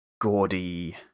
gaudy